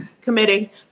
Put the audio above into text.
committee